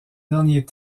dernier